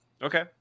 Okay